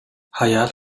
hayal